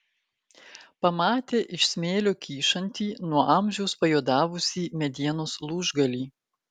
pamatė iš smėlio kyšantį nuo amžiaus pajuodavusį medienos lūžgalį